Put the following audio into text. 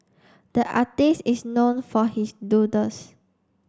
the artist is known for his doodles